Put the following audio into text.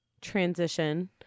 transition